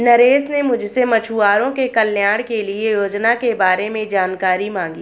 नरेश ने मुझसे मछुआरों के कल्याण के लिए योजना के बारे में जानकारी मांगी